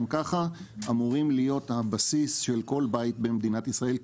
ככה אמורים להיות הבסיס של כל בית במדינת ישראל,